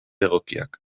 egokiak